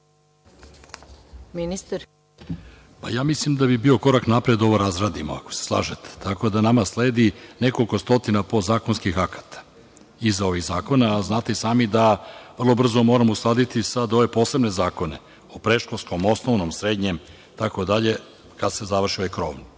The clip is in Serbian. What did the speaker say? Šarčević** Mislim da bi bio korak napred da ovo razradimo, ako se slažete. Tako da nama sledi nekoliko stotina podzakonskih akata iza ovih zakona, a znate i sami da vrlo brzo moramo uskladiti ove posebne zakone o predškolskom, osnovnom, srednjem i tako dalje kada se završi ovaj krovni.